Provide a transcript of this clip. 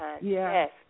Yes